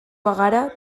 bagara